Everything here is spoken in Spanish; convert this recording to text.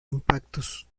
impactos